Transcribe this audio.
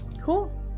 Cool